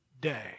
day